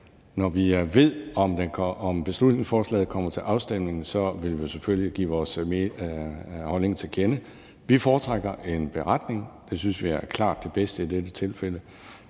Når vi ved, om beslutningsforslaget kommer til afstemning, vil vi selvfølgelig give vores holdning til kende. Vi foretrækker en beretning; det synes vi er klart det bedste i dette tilfælde,